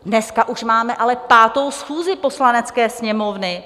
Dneska už máme ale 5. schůzi Poslanecké sněmovny.